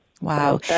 Wow